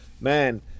man